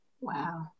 Wow